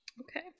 okay